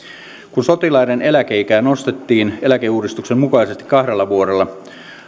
kun sotilaiden eläkeikää nostettiin eläkeuudistuksen mukaisesti kahdella vuodella